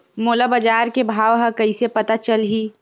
मोला बजार के भाव ह कइसे पता चलही?